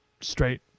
straight